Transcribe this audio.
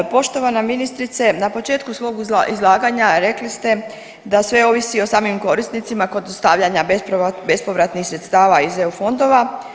Poštovana ministrice na početku svog izlaganja rekli ste da sve ovisi o samim korisnicima kod dostavljanja bespovratnih sredstava iz EU fondova.